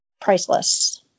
priceless